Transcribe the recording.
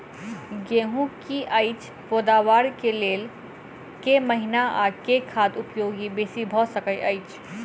गेंहूँ की अछि पैदावार केँ लेल केँ महीना आ केँ खाद उपयोगी बेसी भऽ सकैत अछि?